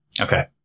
Okay